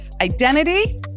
identity